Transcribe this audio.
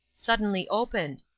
suddenly opened,